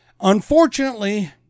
Unfortunately